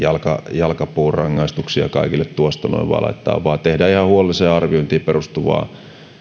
jalkapuurangaistuksia kaikille tuosta noin vain laittaa vaan tehdään ihan huolelliseen arviointiin perustuvaa